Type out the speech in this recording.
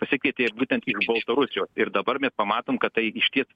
pasikvietė būtent iš baltarusijos ir dabar mes pamatom kad tai išties